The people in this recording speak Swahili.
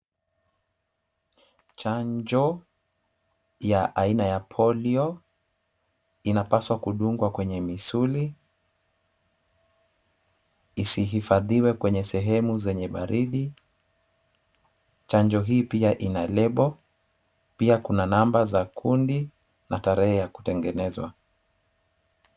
Chanjo ya aina ya polio, inapaswa kudungwa kwenye misuli, isihifadhiwe kwenye sehemu zenye baridi. Chanjo hii pia ina lebo, pia kuna namba za kundi na tarehe ya kutengenezwa.